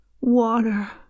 Water